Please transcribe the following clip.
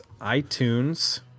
iTunes